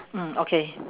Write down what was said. mm okay